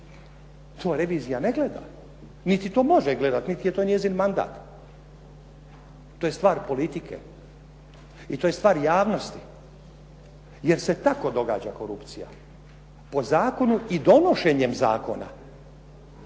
To revizija ne gleda, niti to može gledati, niti je to njezin mandat. To je stvar politike i to je stvar javnosti, jer se tako događa korupcija. Po zakonu i donošenjem zakona.